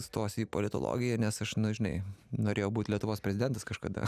stosiu į politologiją nes aš nu žinai norėjau būt lietuvos prezidentas kažkada